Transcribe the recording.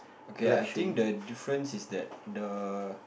okay I think the different is that the